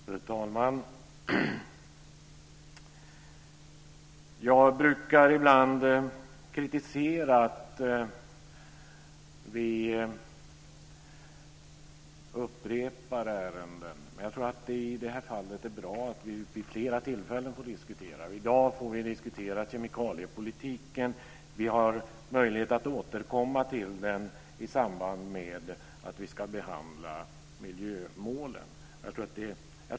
Fru talman! Jag brukar ibland kritisera att vi upprepar ärenden. Men i det här fallet tror jag att det är bra att vi får diskutera frågan vid flera tillfällen. I dag får vi diskutera kemikaliepolitiken. Vi har möjlighet att återkomma till frågan i samband med att vi ska behandla miljömålen.